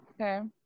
Okay